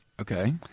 Okay